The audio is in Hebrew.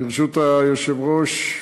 ברשות היושב-ראש,